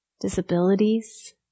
disabilities